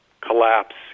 collapse